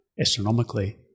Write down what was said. astronomically